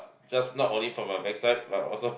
just not only for my backside but also